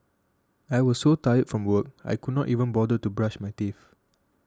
I was so tired from work I could not even bother to brush my teeth